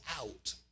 out